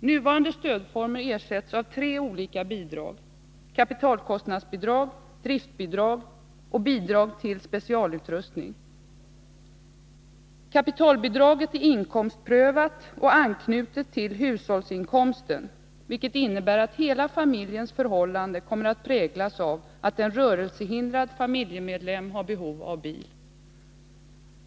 Nuvarande stödformer ersätts av tre olika bidrag — kapitalkostnadsbidrag, driftsbidrag och bidrag till specialutrustning. Kapitalbidraget är inkomstprövat och anknutet till hushållsinkomsten, vilket innebär att hela familjens förhållande kommer att präglas av att en rörelsehindrad familjemedlem har behov av bil.